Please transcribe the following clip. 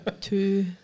two